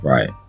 Right